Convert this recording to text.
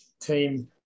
team